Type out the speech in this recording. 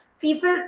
People